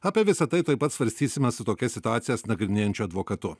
apie visa tai tuoj pat svarstysime su tokias situacijas nagrinėjančiu advokatu